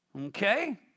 Okay